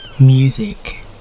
music